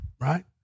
Right